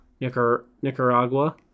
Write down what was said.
Nicaragua